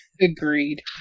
Agreed